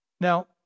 Now